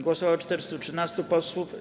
Głosowało 413 posłów.